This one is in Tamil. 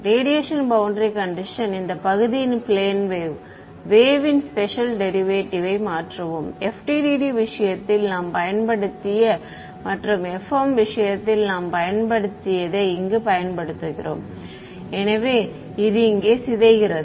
ரேடியேஷன் பௌண்டரி கண்டிஷன் இந்த பகுதியின் பிளேன் வேவ் வேவ் ன் ஸ்பெஷல் டெரிவேட்டிவ் யை மாற்றுவோம் FDTD விஷயத்தில் நாம் பயன்படுத்திய மற்றும் FEM விஷயத்தில் நாம் பயன்படுத்தியதை இங்கு பயன்படுத்துகிறோம் எனவே இது இங்கே சிதைகிறது